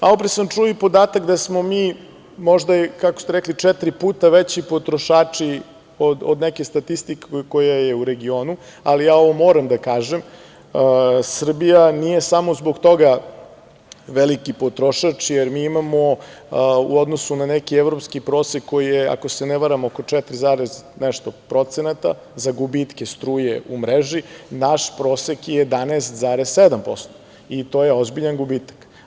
Malopre sam čuo i podatak da smo mi možda, i kako ste rekli, četiri puta veći potrošači od neke statistike koja je u regionu, ali ja ovo moram da kažem, Srbija nije samo zbog toga veliki potrošač, jer mi imamo u odnosu na neki evropski prosek, koji je, ako se ne varam, oko četiri i nešto procenata za gubitke struje u mreži, naš prosek je 11,7% i to je ozbiljan gubitak.